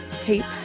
tape